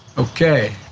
okay.